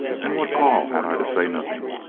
and what call had i to say nothing?